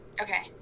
okay